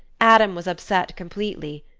adam was upset completely.